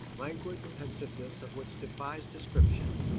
languid pensiveness of which defies description.